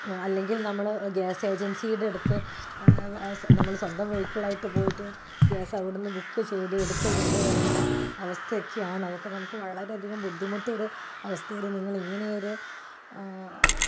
അല്ലെങ്കിൽ നമ്മൾ ഗ്യാസ് ഏജൻസീടെ അടുത്ത് നമ്മൾ സ്വന്തം വെഹിക്കിളായിട്ട് പോയിട്ട് ഗ്യാസ് അവിടുന്ന് ബുക്ക് ചെയ്ത് എടുത്ത് കൊണ്ട് വരേണ്ട അവസ്ഥയൊക്കെയാണ് അതൊക്കെ നമുക്ക് വളരെയധികം ബുദ്ധിമുട്ടിയ ഒരു അവസ്ഥയിൽ നിങ്ങളിങ്ങനെയൊരു